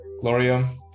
Gloria